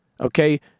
okay